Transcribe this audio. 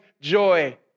joy